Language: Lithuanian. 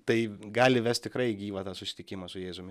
tai gali vest tikrai į gyvą tą susitikimą su jėzumi